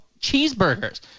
cheeseburgers